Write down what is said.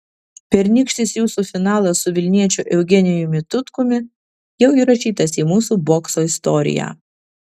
pernykštis jūsų finalas su vilniečiu eugenijumi tutkumi jau įrašytas į mūsų bokso istoriją